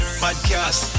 podcast